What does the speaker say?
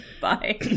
Bye